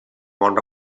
mont